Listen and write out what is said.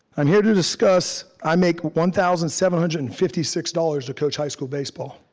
i'm here to discuss i make one thousand seven hundred and fifty six dollars to coach high school baseball.